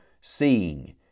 seeing